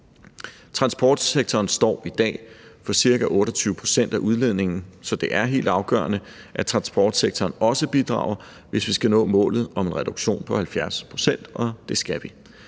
Transportsektoren står i dag for ca. 28 pct. af udledningen, så det er helt afgørende, at transportsektoren også bidrager, hvis vi skal nå målet om en reduktion på 70 pct., og det skal vi.